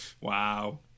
Wow